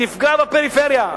זה יפגע בפריפריה.